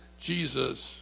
Jesus